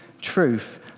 truth